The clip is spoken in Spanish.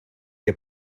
qué